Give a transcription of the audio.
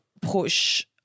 push